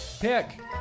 Pick